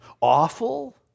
awful